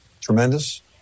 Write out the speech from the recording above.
Tremendous